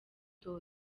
www